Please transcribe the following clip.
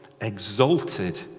exalted